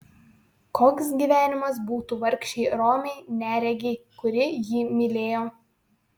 koks gyvenimas būtų vargšei romiai neregei kuri jį mylėjo